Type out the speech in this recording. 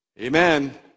Amen